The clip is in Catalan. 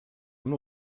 amb